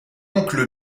oncle